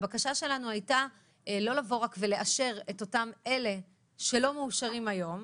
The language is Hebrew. הבקשה שלנו הייתה לא לבוא ולאשר את אלה שלא מאושרים היום,